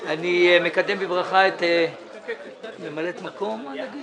אני מקדם בברכה את ממלאת מקום הנגיד